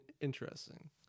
Interesting